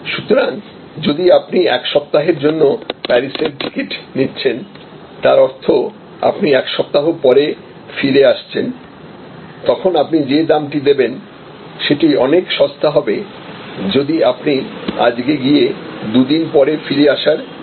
সুতরাং যদি আপনি এক সপ্তাহের জন্য প্যারিসের টিকিট নিচ্ছেন তার অর্থ আপনি 1 সপ্তাহ পরে ফিরে আসছেন তখন আপনি যে দামটি দেবেন সেটা অনেক সস্তা হবে যদি আপনি আজকে গিয়ে দুদিন পরে ফিরে আসার টিকিট করেন